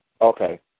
Okay